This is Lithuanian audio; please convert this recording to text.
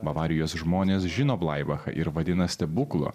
bavarijos žmonės žino blaibachą ir vadina stebuklu